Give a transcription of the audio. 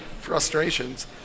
frustrations